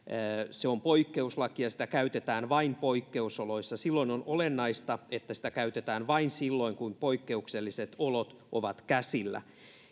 se on poikkeuslaki ja sitä käytetään vain poikkeusoloissa silloin on olennaista että sitä käytetään vain silloin kun poikkeukselliset olot ovat käsillä